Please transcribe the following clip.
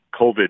COVID